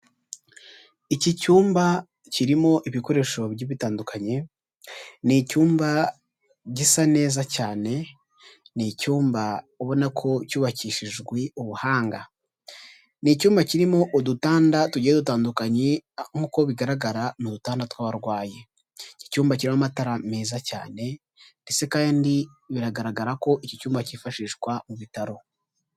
Iki cyumba cyirimo ibikoresho bigiye bitandukanye, ni icyumba gisa neza cyane, ni icyumba ubona ko cyubakishijwe ubuhanga, ni icyumba cyirimo udutanda tugiye dutandukanye nk'uko bigaragara ni udutanda tw'abarwayi, iki cyumba cyirimo amatara meza cyane, ndetse kandi biragaragara ko iki cyumba cyifashishwa mu bitaro.